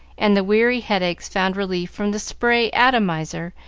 and the weary headaches found relief from the spray atomizer,